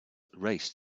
race